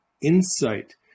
insight